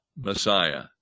Messiah